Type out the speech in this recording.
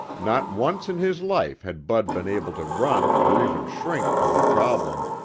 not once in his life had bud been able to run or even shrink from a problem,